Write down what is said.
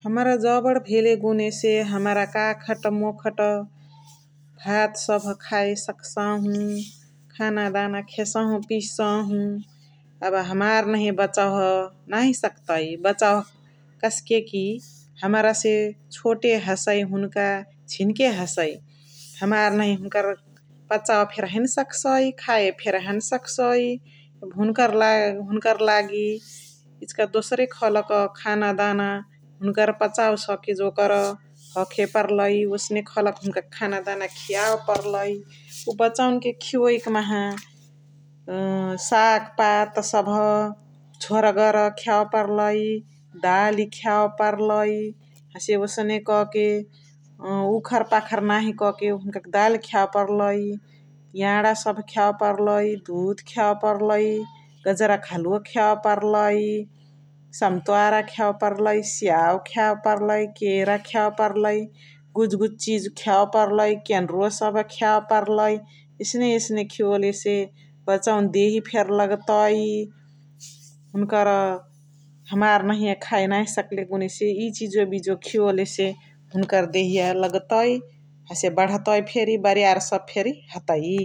हमरा जबड भेले गुने से हमरा काखट मोखट भात सभ खाय सकसहु खानादान खेसहु पिसहु एब हमर नहिया बचवाह नाही सक्तइ बचवाह । कस्के कि हमरा से छोटे हसइ हुनुका झिन्के हसइ । हमार नहिया हुनुकर पचावे फेरी हैने सकसइ खाय फेर्नी हैने सकसइ हुनुकर लागी हुनुकर लागी इचिका दोसरे खल क खानादाना हुनुकर पचावे सके जोकर हखे परलइ ओसने खल क हुनुकर खानादाना खियवे परलइ । उवा बचवान के खियोइ कि माहा साग्पात सभ झोर्गर खियावे परलइ, दाली खियावे परलइ हसे ओसने क के उखर्पाखर नाही क के हुनुका के दाल खियावे परलइ, याण सभ खियावे परलइ, दुध खियावे परलइ, गजरका हनुवा खियावे परलइ, सम्तोवारा खियावे परलइ, सियाउ खियावे परलइ, केरा खियावे परलइ, गुज्गुज चिजु खियावे परलइ, केन्रुवा सभ खियावे परलइ एसने एसने खियोले से बचवन फेरी देही लग्तइ । हुनुकर हमार नहिया खाय नाही सकले गुने से इचिजुवबिजुवा खियोले हुन्करा देहिया लग्तइ हसे बणतइ फेरी बारीयार फेरी हसे हतइ ।